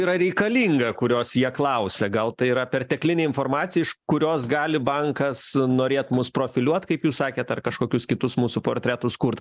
yra reikalinga kurios jie klausia gal tai yra perteklinė informacija iš kurios gali bankas norėt mus profiliuot kaip jūs sakėt ar kažkokius kitus mūsų portretus kurt